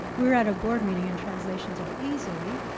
we were at a board meeting and translations are easy,